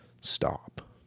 stop